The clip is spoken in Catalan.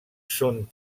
són